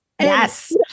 Yes